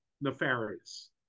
nefarious